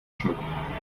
schmücken